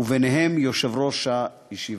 וביניהם יושב-ראש הישיבה.